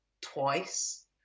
twice